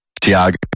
Tiago